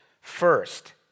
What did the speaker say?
First